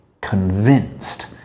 convinced